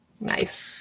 Nice